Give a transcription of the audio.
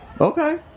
Okay